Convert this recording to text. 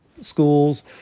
schools